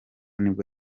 nibwo